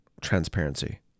transparency